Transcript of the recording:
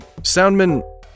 Soundman